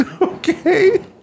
Okay